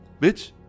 Bitch